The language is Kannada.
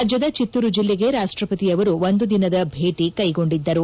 ರಾಜ್ಯದ ಚಿತ್ತೂರು ಜಿಲ್ಲೆಗೆ ರಾಷ್ಟ ಪತಿ ಅವರು ಒಂದು ದಿನದ ಭೇಟಿ ಕೈಗೊಂಡಿದ್ದರು